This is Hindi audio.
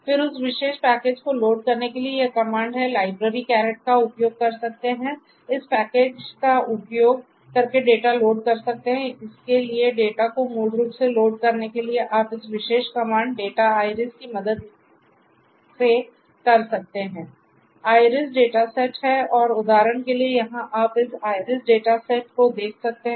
फिर उस विशेष पैकेज को लोड करने के लिए यह कमांड है library की मदद से कर सकते हैं